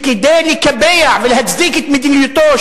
כדי לקבע ולהצדיק את מדיניותו,